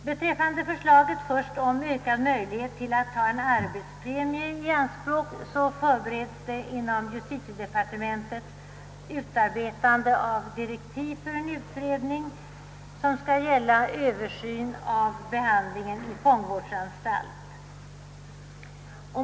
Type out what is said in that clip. Beträffande förslaget om ökad möjlighet till att ta en arbetspremie i anspråk kan sägas, att man inom justitiedepartementet förbereder utarbetande av direktiv för en utredning, som skall gälla översyn av behandlingen i fångvårdsanstalt.